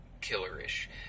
killer-ish